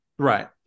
Right